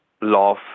love